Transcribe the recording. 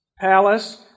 palace